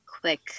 quick